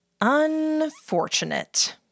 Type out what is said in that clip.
Unfortunate